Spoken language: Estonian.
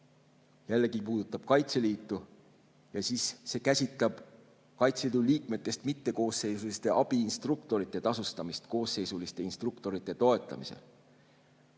jällegi Kaitseliitu. See käsitleb Kaitseliidu liikmetest mittekoosseisuliste abiinstruktorite tasustamist koosseisuliste instruktorite toetamisel.